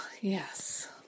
yes